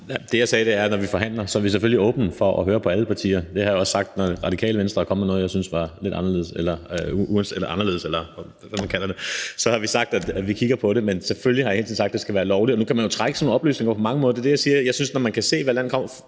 Det, jeg sagde, var, at når vi forhandler, er vi selvfølgelig åbne for at høre på alle partier. Det har jeg også sagt, når Radikale Venstre er kommet med noget, jeg har syntes var lidt anderledes, eller hvad man kalder det – så har vi sagt, at vi kigger på det. Men jeg har hele tiden sagt, at det selvfølgelig skal være lovligt. Og nu kan man jo trække sådan nogle oplysninger på mange måder; det er det, jeg siger. Jeg synes, at når man kan se, hvilket land